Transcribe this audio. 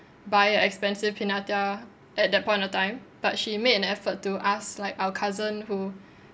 buy a expensive pinata at that point of time but she made an effort to ask like our cousin who